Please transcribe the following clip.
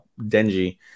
Denji